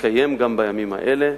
מתקיים גם בימים אלה,